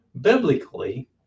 biblically